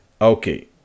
Okay